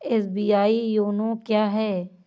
SBI YONO क्या है?